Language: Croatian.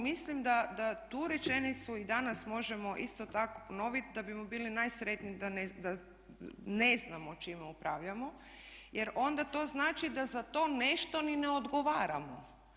Mislim da tu rečenicu i danas možemo isto tako ponoviti da bismo bili najsretniji da ne znamo čime upravljamo jer onda to znači da za to nešto ni ne odgovaramo.